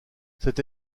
cette